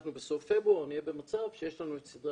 אנחנו בסוף פברואר נהיה במצב שיש לנו את סדרי